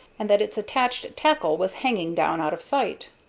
and that its attached tackle was hanging down out of sight.